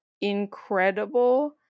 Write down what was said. incredible